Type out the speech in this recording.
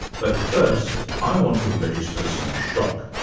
but first, i want to register some shock.